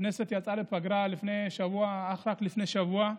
הכנסת יצאה לפגרה רק לפני שבוע,